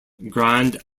grand